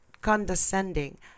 condescending